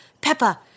Peppa